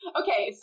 okay